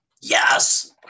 yes